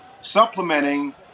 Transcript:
Supplementing